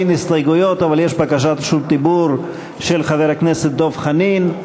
אין הסתייגויות אבל יש בקשת רשות דיבור של חבר הכנסת דב חנין.